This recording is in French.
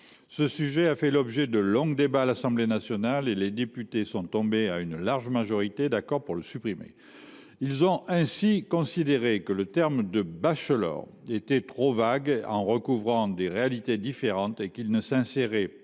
Ce sujet a fait l’objet de longs débats à l’Assemblée nationale et les députés sont, à une large majorité, tombés d’accord pour le supprimer. Ils ont ainsi considéré que le terme de bachelor était trop vague, recouvrait des réalités différentes et ne s’insérait pas